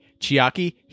Chiaki